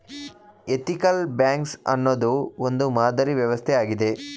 ethical banks ಅನ್ನೋದು ಒಂದು ಮಾದರಿ ವ್ಯವಸ್ಥೆ ಆಗಿದೆ